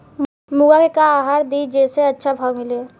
मुर्गा के का आहार दी जे से अच्छा भाव मिले?